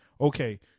Okay